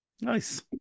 Nice